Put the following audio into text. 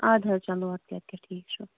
اَدٕ حظ چَلو اَدٕ کیاہ اَدٕ کیاہ ٹھیٖک چھُ